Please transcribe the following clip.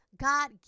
God